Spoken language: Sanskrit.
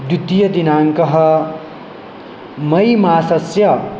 द्वितीयदिनाङ्कः मैमासस्य